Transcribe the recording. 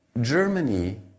Germany